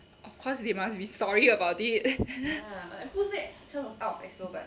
of course they must be sorry about it